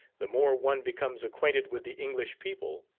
the more one becomes acquainted with the english people,